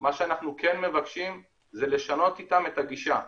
מה שאנחנו כן מבקשים זה לשנות איתם את הגישה,